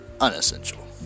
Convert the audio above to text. unessential